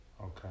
Okay